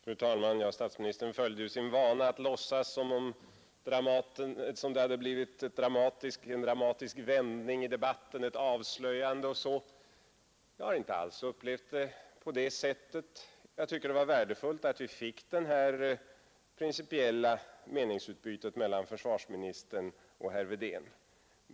Fru talman! Statsministern följde ju sin vana att låtsas som om det blivit en dramatisk vändning i debatten, ett avslöjande eller så. Jag har inte alls upplevt det på det sättet. Jag tycker att det var värdefullt att vi fick det principiella meningsutbytet mellan försvarsministern och herr Wedén.